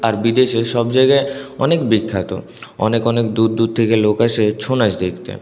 আর বিদেশে সব জায়গায় অনেক বিখ্যাত অনেক অনেক দূর দূর থেকে লোক আসে ছৌ নাচ দেখতে